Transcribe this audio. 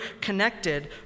connected